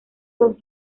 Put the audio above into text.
son